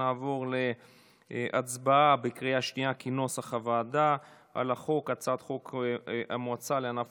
נעבור להצבעה בקריאה שנייה על הצעת חוק המועצה לענף